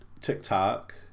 TikTok